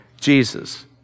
Jesus